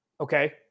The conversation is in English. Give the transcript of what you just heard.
Okay